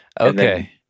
Okay